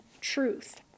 truth